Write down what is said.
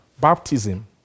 baptism